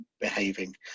behaving